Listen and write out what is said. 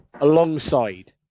Alongside